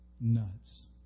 nuts